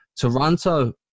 Toronto